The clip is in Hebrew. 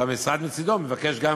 והמשרד מצדו מבקש גם